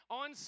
on